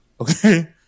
okay